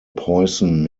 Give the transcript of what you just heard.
poisson